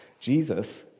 Jesus